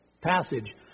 passage